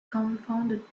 confounded